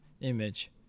image